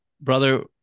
brother